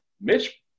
Mitch